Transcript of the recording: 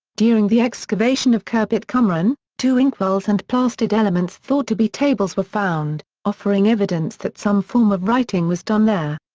during the excavation of khirbet qumran, two inkwells and plastered elements thought to be tables were found, offering evidence that some form of writing was done there.